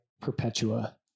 Perpetua